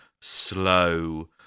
slow